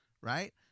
right